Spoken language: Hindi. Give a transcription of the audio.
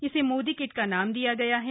इसे मोदी किट का नाम दिया गया है